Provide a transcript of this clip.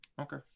Okay